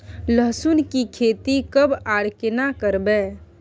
लहसुन की खेती कब आर केना करबै?